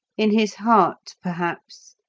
in his heart, perhaps,